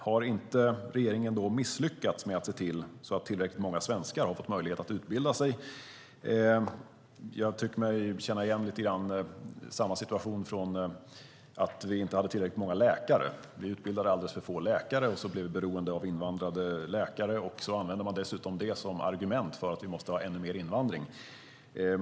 Har då inte regeringen misslyckats med att se till att tillräckligt många svenskar har fått möjlighet att utbilda sig? Jag tycker mig lite grann känna igen samma situation från att vi inte hade tillräckligt många läkare. Vi utbildade alldeles för få läkare, och så blev vi beroende av invandrade läkare, och dessutom använde man det för argument att vi måste ha ännu mer invandring.